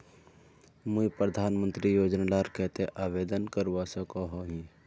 मुई प्रधानमंत्री योजना लार केते आवेदन करवा सकोहो ही?